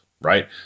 right